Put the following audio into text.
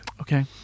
okay